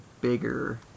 bigger